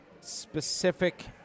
specific